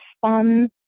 fun